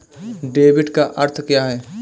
Debit का अर्थ क्या है?